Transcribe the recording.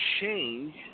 change